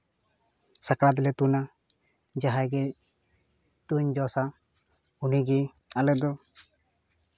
ᱥᱟᱠᱨᱟᱛ ᱮᱞᱮ ᱛᱩᱧᱟ ᱡᱟᱦᱟᱸᱭ ᱜᱮ ᱛᱩᱧ ᱡᱚᱥᱟ ᱩᱱᱤᱜᱮ ᱟᱞᱮ ᱫᱚ